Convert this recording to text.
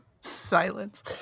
Silence